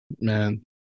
Man